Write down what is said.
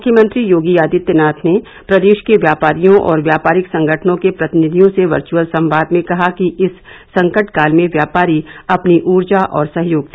मुख्यमंत्री योगी आदित्यनाथ ने प्रदेश के व्यापारियों और व्यापारिक संगठनों के प्रतिनिधियों से वर्चअल संवाद में कहा कि इस संकट काल में व्यापारी अपनी ऊर्जा और सहयोग दे